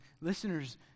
listeners